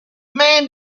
man